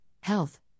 health